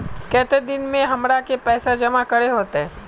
केते दिन में हमरा के पैसा जमा करे होते?